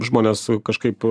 žmonės kažkaip